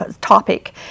topic